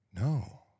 No